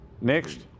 Next